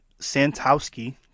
Santowski